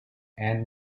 and